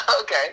Okay